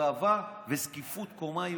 שאתם ימין של סמוטריץ'